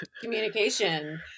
communication